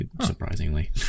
surprisingly